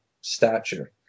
stature